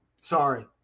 Sorry